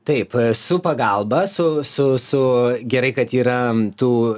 taip e su pagalba su su su gerai kad yra tų